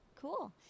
Cool